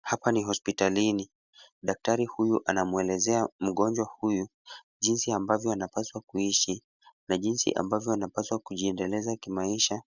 Hapa ni hospitalini, daktari huyu anamuelezea mgonjwa huyu jinsi ambavyo anapaswa kuishi na jinsi ambavyo anapaswa kujiendeleza kimaisha